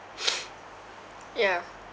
yeah